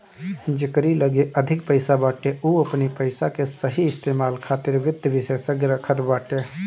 जेकरी लगे अधिक पईसा बाटे उ अपनी पईसा के सही इस्तेमाल खातिर वित्त विशेषज्ञ रखत बाटे